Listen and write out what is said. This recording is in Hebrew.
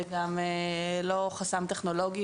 וגם לא חסם טכנולוגי,